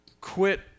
quit